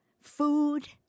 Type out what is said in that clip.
food